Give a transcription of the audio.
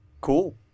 Cool